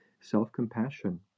Self-compassion